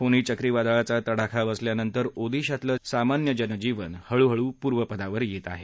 फोनी चक्रीवादळाचा तडाखा बसल्यानंतर ओदिशातलं सामान्य जनजीवन हळूहळू पूर्वपदावर येत आहे